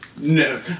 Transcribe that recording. No